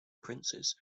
princes